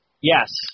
Yes